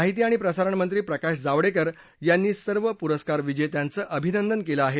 माहिती आणि प्रसारण मंत्री प्रकाश जावडेकर यांनी सर्व पुरस्कार विजेत्यांचं अभिनंदन केलं आहे